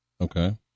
Okay